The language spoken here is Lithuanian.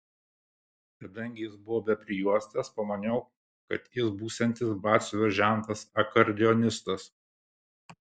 kadangi jis buvo be prijuostės pamaniau kad jis būsiantis batsiuvio žentas akordeonistas